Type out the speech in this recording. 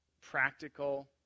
practical